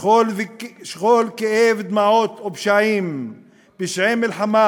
שכול, כאב, דמעות ופשעים, פשעי מלחמה